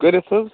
کٔرِتھ حظ